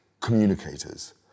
communicators